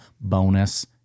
bonus